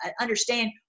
understand